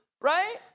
right